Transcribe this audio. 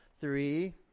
Three